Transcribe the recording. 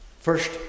First